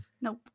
nope